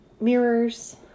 mirrors